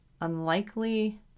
unlikely